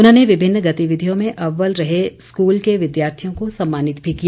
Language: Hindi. उन्होंने विभिन्न गतिविधियों में अव्वल रहे स्कूल के विद्यार्थियों को सम्मानित भी किया